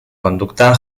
conducta